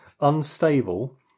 Unstable